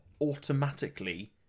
automatically